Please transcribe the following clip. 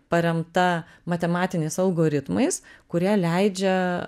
paremta matematiniais algoritmais kurie leidžia